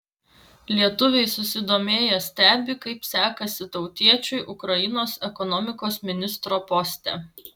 lietuviai susidomėję stebi kaip sekasi tautiečiui ukrainos ekonomikos ministro poste